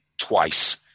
twice